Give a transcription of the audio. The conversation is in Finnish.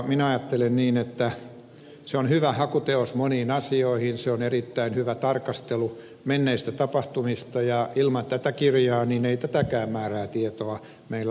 minä ajattelen niin että se on hyvä hakuteos moniin asioihin se on erittäin hyvä tarkastelu menneistä tapahtumista ja ilman tätä kirjaa ei tätäkään määrää tietoa meillä olisi